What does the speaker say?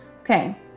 Okay